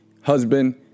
husband